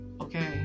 okay